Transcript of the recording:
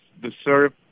deserve